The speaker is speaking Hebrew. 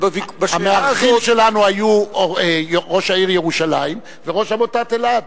המארחים שלנו היו ראש העיר ירושלים וראש עמותת אלע"ד.